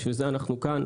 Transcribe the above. בשביל זה אנחנו כאן.